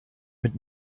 mit